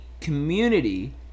community